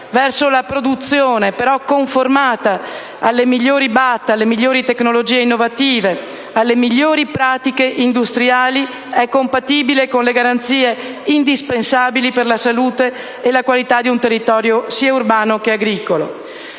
verso la produzione, però conformata alle *Best Avalable Technology* (BAT), cioè alle migliori tecnologie innovative e alle migliori pratiche industriali, è compatibile con le garanzie indispensabili per la salute e la qualità di un territorio sia urbano che agricolo.